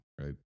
right